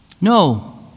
No